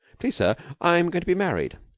please, sir, i'm going to be married.